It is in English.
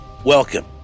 Welcome